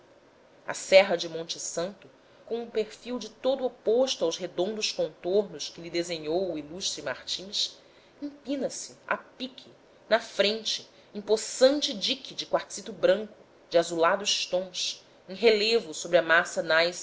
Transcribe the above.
a serra de monte santo com um perfil de todo oposto aos redondos contornos que lhe desenhou o ilustre martius empina se a pique na frente em possante dique de quartzito branco de azulados tons em relevo sobre a massa